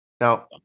Now